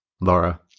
laura